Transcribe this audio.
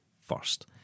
first